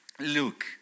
Luke